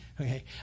Okay